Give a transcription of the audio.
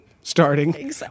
starting